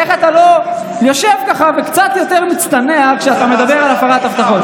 איך אתה לא יושב וקצת יותר מצטנע כשאתה מדבר על הפרת הבטחות?